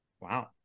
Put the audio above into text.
Wow